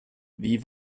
wie